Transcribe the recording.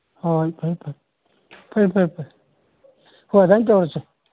ꯑꯣ ꯐꯔꯦ ꯐꯔꯦ ꯐꯔꯦ ꯐꯔꯦ ꯐꯔꯦ ꯍꯣꯏ ꯑꯗꯨꯃꯥꯏ ꯇꯧꯔꯁꯦ